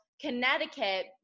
Connecticut